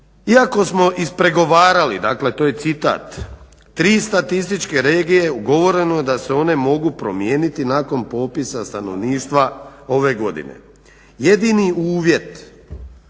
"Iako smo ispregovarali" dakle to je citat "tri statističke regije ugovoreno je da se one mogu promijeniti nakon popisa stanovništva ove godine. Jedini uvjet